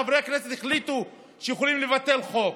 חברי הכנסת החליטו שהם יכולים לבטל חוק,